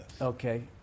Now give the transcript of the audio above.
Okay